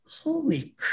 holy